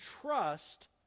trust